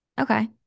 Okay